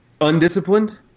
Undisciplined